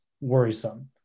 worrisome